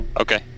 Okay